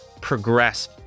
progress